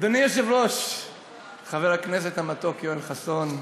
אדוני היושב-ראש חבר הכנסת המתוק יואל חסון,